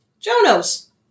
Jonos